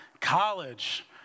College